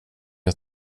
jag